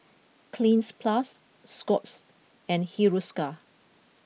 Cleanz plus Scott's and Hiruscar